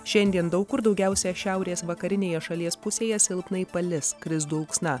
šiandien daug kur daugiausiai šiaurės vakarinėje šalies pusėje silpnai palis kris dulksna